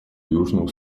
южного